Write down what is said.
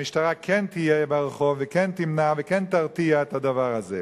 המשטרה כן תהיה ברחוב וכן תמנע וכן תרתיע מהדבר הזה.